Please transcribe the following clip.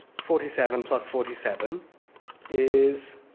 forty seven plus forty seven is